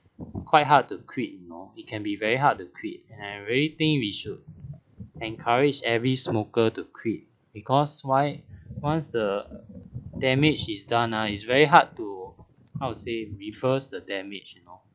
quite hard to quit you know it can be very hard to quit and I really think we should encouraged every smoker to quit because why once the damage is done ah it's very hard to how to say reverse the damage you know